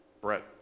Brett